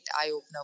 eye-opener